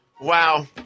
Wow